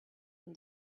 been